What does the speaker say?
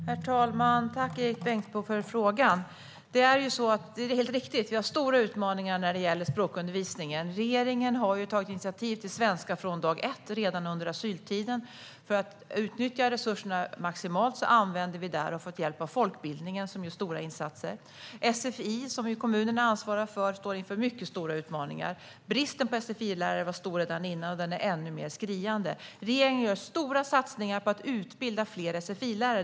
Herr talman! Tack, Erik Bengtzboe, för frågan! Det är helt riktigt: Vi har stora utmaningar när det gäller språkundervisningen. Regeringen har ju tagit initiativ till svenska från dag ett, redan under asyltiden. För att utnyttja resurserna maximalt använder vi - och har fått hjälp av - folkbildningen, som gör stora insatser. Sfi, som ju kommunerna ansvarar för, står inför mycket stora utmaningar. Bristen på sfi-lärare var stor redan innan, och den är nu ännu mer skriande. Regeringen gör stora satsningar på att utbilda fler sfi-lärare.